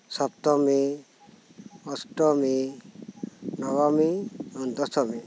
ᱥᱚᱯᱛᱚᱢᱤ ᱚᱥᱴᱚᱢᱤ ᱱᱚᱵᱚᱢᱤ ᱫᱚᱥᱚᱢᱤ